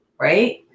Right